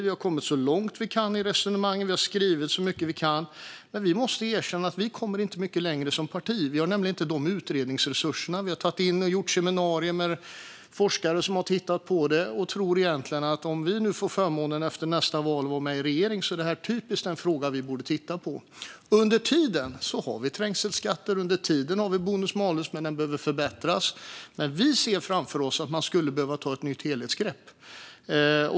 Vi har kommit så långt vi kan i resonemanget. Vi har skrivit så mycket vi kan. Men vi måste erkänna att vi inte kommer särskilt mycket längre som parti. Vi har nämligen inte de utredningsresurserna. Vi har genomfört seminarier med forskare som har tittat på det. Om vi efter nästa val får förmånen att vara med i en regering tror vi att det är en typisk fråga som vi bör titta på. Under tiden har vi trängselskatter, och under tiden har vi bonus-malus. Men den behöver förbättras. Man skulle behöva ta ett nytt helhetsgrepp.